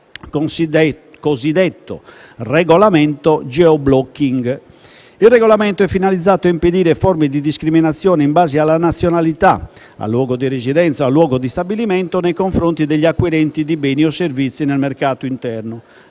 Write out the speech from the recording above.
*geoblocking*), finalizzato a impedire forme di discriminazione in base alla nazionalità, al luogo di residenza o di stabilimento nei confronti degli acquirenti di beni o servizi nel mercato interno.